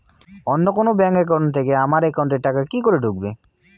অন্য কোনো bank account থেকে আমার একাউন্ট এ টাকা কি করে ঢুকবে?